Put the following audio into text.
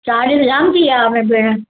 charges जामु थी विया पिणु